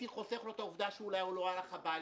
חוסך לו את העובדה שאולי הוא לא הגיע הביתה.